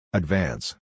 advance